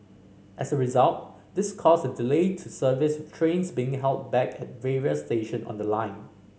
as a result this caused a delay to service with trains being held back at various station on the line